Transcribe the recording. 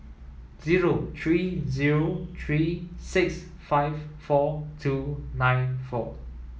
zero three zero three six five four two nine four